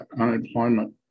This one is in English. unemployment